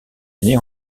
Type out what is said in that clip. année